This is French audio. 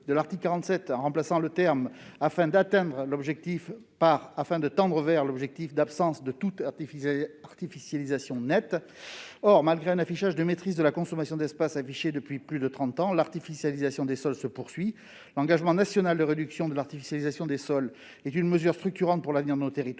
d'atteindre » par « afin de tendre vers » l'objectif d'absence de toute artificialisation nette. Or, malgré un affichage de maîtrise de la consommation d'espaces depuis plus de trente ans, l'artificialisation des sols se poursuit. L'engagement national de réduction de l'artificialisation des sols est une mesure structurante pour l'avenir de nos territoires.